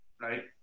right